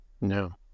No